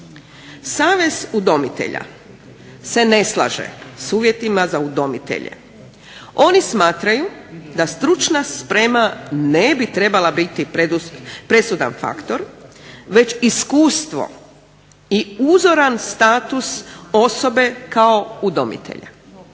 Savez udomitelja se ne slaže s uvjetima za udomitelje. Oni smatraju da stručna sprema ne bi trebala biti presudan faktor već iskustvo i uzoran status osobe kao udomitelja.